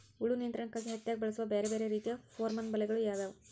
ಹುಳು ನಿಯಂತ್ರಣಕ್ಕಾಗಿ ಹತ್ತ್ಯಾಗ್ ಬಳಸುವ ಬ್ಯಾರೆ ಬ್ಯಾರೆ ರೇತಿಯ ಪೋರ್ಮನ್ ಬಲೆಗಳು ಯಾವ್ಯಾವ್?